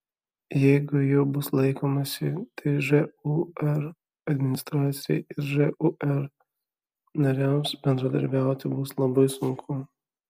jeigu jų bus laikomasi tai žūr administracijai ir žūr nariams bendradarbiauti bus labai sunku